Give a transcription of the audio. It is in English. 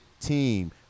team